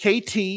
KT